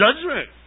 judgment